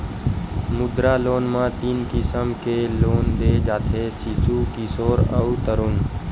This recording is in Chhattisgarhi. मुद्रा लोन म तीन किसम ले लोन दे जाथे सिसु, किसोर अउ तरून